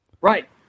Right